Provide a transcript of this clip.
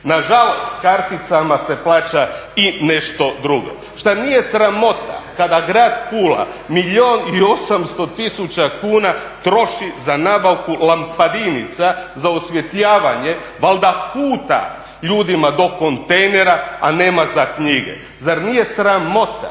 Nažalost, karticama se plaća i nešto drugo. Što nije sramota kada grad Pula milijun i 800 tisuća kuna troši za nabavku lampadinica za osvjetljavanje valjda puta ljudima do kontejnera, a nema za knjige? Zar nije sramota